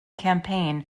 campaign